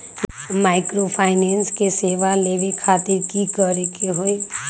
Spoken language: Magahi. माइक्रोफाइनेंस के सेवा लेबे खातीर की करे के होई?